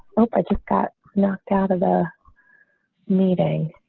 hope i just got knocked out of the meeting.